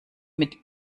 mit